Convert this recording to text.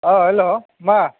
औ हेल' मा